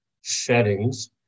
settings